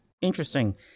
Interesting